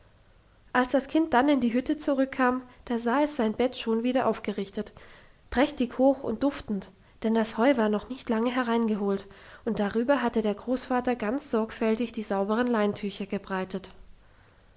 als das kind dann in die hütte zurückkam da sah es sein bett schon wieder aufgerichtet prächtig hoch und duftend denn das heu war noch nicht lange hereingeholt und darüber hatte der großvater ganz sorgfältig die sauberen leintücher gebreitet